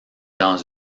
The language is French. dans